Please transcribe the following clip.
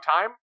time